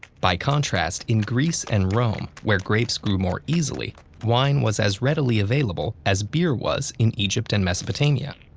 by contrast, in greece and rome, where grapes grew more easily, wine was as readily available as beer was in egypt and mesopotamia.